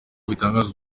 bitangazwa